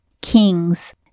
kings